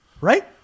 Right